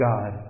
God